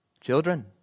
Children